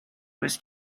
was